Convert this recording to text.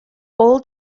old